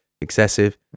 excessive